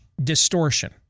distortion